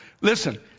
Listen